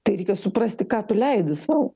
tai reikia suprasti ką tu leidi sau